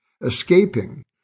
escaping